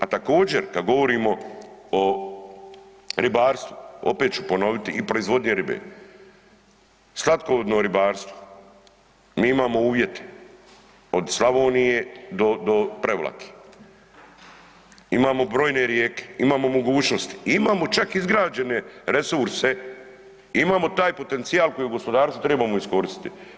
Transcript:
A također kada govorimo o ribarstvu opet ću ponoviti i proizvodnje ribe, slatkovodno ribarstvo mi imamo uvjete od Slavonije do Prevlake, imamo brojne rijeke, imamo mogućnosti, imamo čak izgrađene resurse, imamo taj potencijal koji u gospodarstvu trebamo iskoristiti.